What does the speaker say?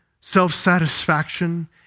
self-satisfaction